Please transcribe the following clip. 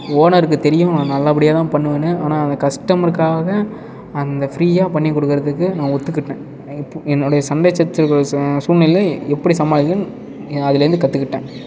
ஓனருக்குத் தெரியும் நான் நல்லபடியாக தான் பண்ணுவேனு ஆனால் கஸ்டமருக்காக அந்த ஃபிரியாக பண்ணிக் கொடுக்குறதுக்கு நான் ஒத்துக்கிட்டேன் என்னுடைய சண்டை சச்சரவு சூழ்நிலையிலும் எப்படி சமாளிக்கணும் அதிலேந்து கற்றுக்கிட்டேன்